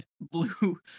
Blue